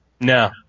No